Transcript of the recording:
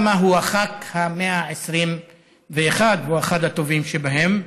אוסאמה הוא הח"כ ה-121, הוא אחד הטובים בהם.